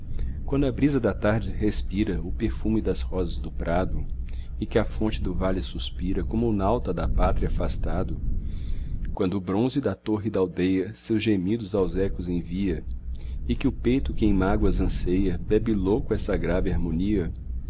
quando a brisa da tarde respira o perfume das rosas do prado e que a fonte do vale suspira como o nauta da pátria afastado quando o bronze da torre da aldeia seus gemidos aos ecos envia e que o peito que em mágoas anseia bebe louco essa grave harmonia